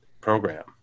program